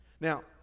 Now